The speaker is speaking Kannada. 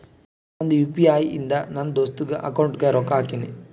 ನಂದ್ ಯು ಪಿ ಐ ಇಂದ ನನ್ ದೋಸ್ತಾಗ್ ಅಕೌಂಟ್ಗ ರೊಕ್ಕಾ ಹಾಕಿನ್